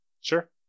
Sure